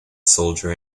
soldier